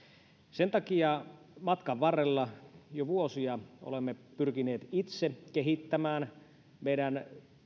sen takia matkan varrella jo vuosia olemme pyrkineet itse kehittämään meidän